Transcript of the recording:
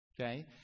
Okay